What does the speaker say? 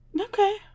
okay